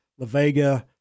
LaVega